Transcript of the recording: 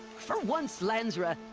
for once, lansra.